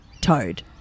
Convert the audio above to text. Toad